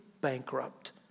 bankrupt